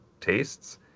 tastes